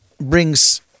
brings